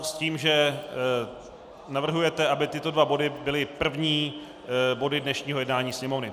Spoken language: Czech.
S tím že, navrhujete, aby tyto dva body byly první body dnešního jednání Sněmovny.